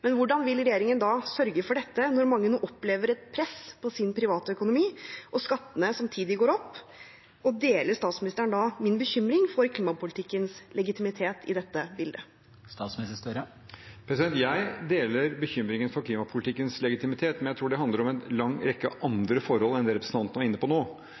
men hvordan vil regjeringen sørge for dette, når mange nå opplever et press på sin privatøkonomi og skattene samtidig går opp? Deler statsministeren min bekymring for klimapolitikkens legitimitet i dette bildet? Jeg deler bekymringen for klimapolitikkens legitimitet, men jeg tror det handler om en lang rekke andre forhold enn det representanten var inne på nå.